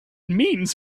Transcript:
means